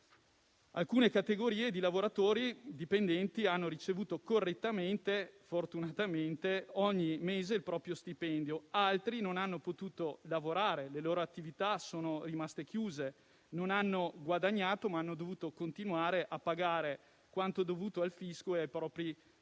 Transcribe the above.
Alcune categorie di lavoratori dipendenti hanno ricevuto correttamente e fortunatamente il proprio stipendio ogni mese; altri non hanno potuto lavorare, le loro attività sono rimaste chiuse, non hanno guadagnato, ma hanno dovuto continuare a pagare quanto dovuto al fisco e ai propri creditori.